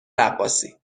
رقاصی